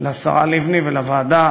לשרה לבני ולוועדה,